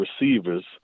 receivers